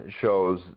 shows